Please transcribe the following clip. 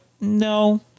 no